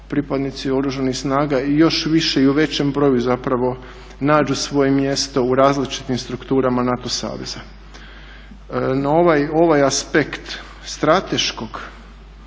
pripadnici oružanih snaga još više i u većem broju nađu svoje mjesto u različitim strukturama NATO saveza. No ovaj aspekt strateškog